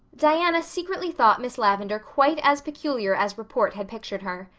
diana secretly thought miss lavendar quite as peculiar as report had pictured her.